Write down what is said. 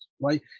right